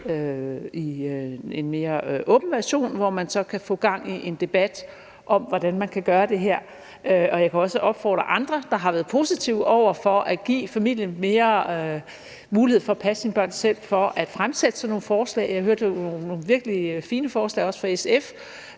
i en mere åben version, hvor man så kan få gang i en debat om, hvordan man kan gøre det her, og jeg kan også opfordre andre, der har været positive over for at give familierne mere mulighed for at passe deres børn selv, til at fremsætte sådan nogle forslag, og jeg hørte jo også nogle virkelig fine forslag fra SF,